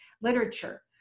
literature